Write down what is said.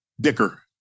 Dicker